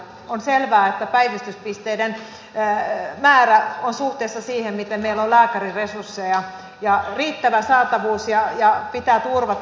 on selvää että päivystyspisteiden määrä on suhteessa siihen miten meillä on lääkäriresursseja ja riittävä saatavuus pitää turvata